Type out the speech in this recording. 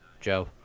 Joe